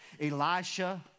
Elisha